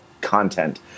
content